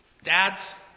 Dads